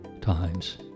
times